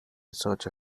research